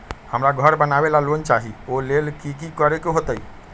हमरा घर बनाबे ला लोन चाहि ओ लेल की की करे के होतई?